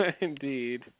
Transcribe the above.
indeed